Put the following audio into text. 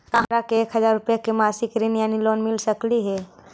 का हमरा के एक हजार रुपया के मासिक ऋण यानी लोन मिल सकली हे?